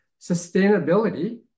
sustainability